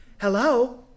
Hello